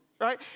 Right